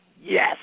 Yes